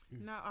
no